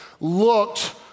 looked